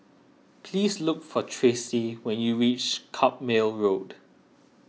please look for Tracy when you reach Carpmael Road